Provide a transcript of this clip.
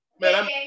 man